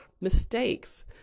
mistakes